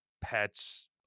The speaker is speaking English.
pets